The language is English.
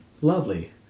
lovely